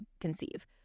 conceive